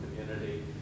community